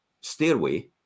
stairway